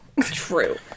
True